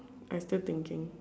I still thinking